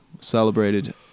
celebrated